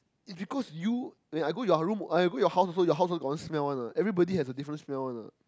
is because you when I go your room your house also got one smell one what everybody has a different smell one what